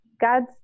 God's